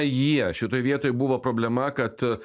jie šitoj vietoj buvo problema kad